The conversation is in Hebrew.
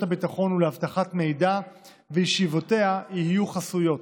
הביטחון ולהבטחת מידע וישיבותיה יהיו חסויות.